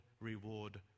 reward